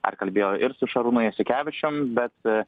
ar kalbėjo ir su šarūnu jasikevičium bet